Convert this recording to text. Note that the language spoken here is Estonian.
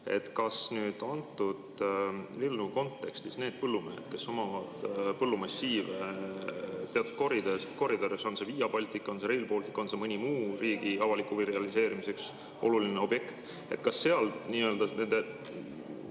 jne. Kas nüüd antud eelnõu kontekstis need põllumehed, kes omavad põllumassiive teatud koridoris, on see Via Baltica, on see Rail Baltic, on see mõni muu riigi avaliku huvi realiseerimiseks oluline objekt, kas seal nende